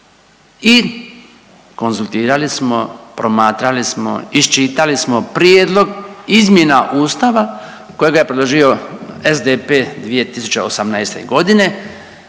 i konzultirali smo, promatrali smo, iščitali smo prijedlog izmjena ustava kojega je predložio SDP 2018. godine